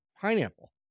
pineapple